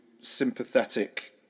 sympathetic